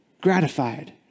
gratified